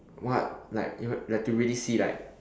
what like you know you have to really see like